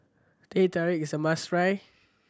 Teh Tarik is a must try